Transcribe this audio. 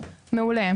מעולה,